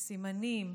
סימנים,